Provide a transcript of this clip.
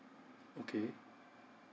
okay